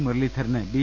Muraleedharan B